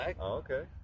okay